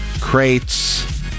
crates